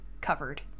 covered